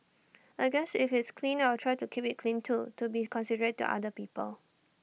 I guess if it's clean I will try to keep IT clean too to be considerate to other people